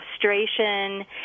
frustration